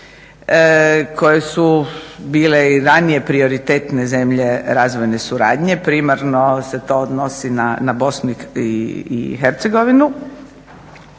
koje su bile i ranije prioritetne zemlje razvojne suradnje, primarno se to odnosi na BiH, tu